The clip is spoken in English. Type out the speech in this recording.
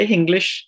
English